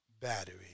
battery